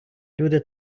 люди